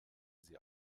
sie